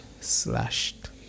slashed